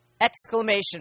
Exclamation